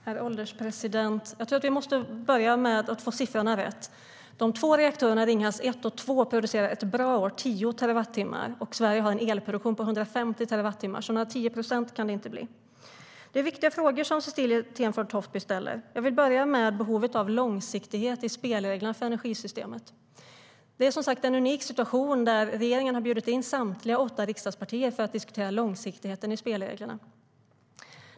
Herr ålderspresident! Vi måste börja med att ta fram de rätta siffrorna. De två reaktorerna i Ringhals 1 och 2 producerar under ett bra år 10 terawattimmar. Sveriges totala elproduktion uppgår till 150 terawattimmar. Så det kan inte bli fråga om några 10 procent. Det är, som sagt, en unik situation där regeringen har bjudit in samtliga åtta riksdagspartier för att diskutera långsiktigheten i spelreglerna.